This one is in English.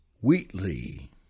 Wheatley